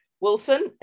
Wilson